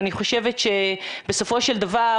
אני חושבת שבסופו של דבר